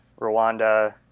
Rwanda